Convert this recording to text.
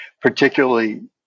particularly